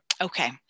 okay